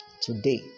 Today